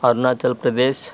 Arunachal Pradesh